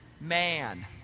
man